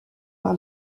par